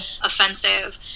offensive